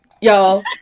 Y'all